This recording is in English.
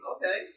Okay